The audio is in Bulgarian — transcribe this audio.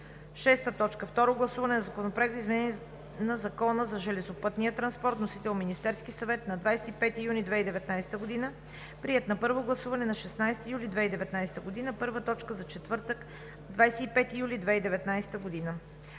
2019 г. 6. Второ гласуване на Законопроекта за изменение на Закона за железопътния транспорт. Вносител – Министерският съвет на 25 юни 2019 г. Приет на първо гласуване на 16 юли 2019 г. – първа точка за четвъртък, 25 юли 2019 г.